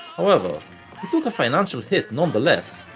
however, he took a financial hit nonetheless,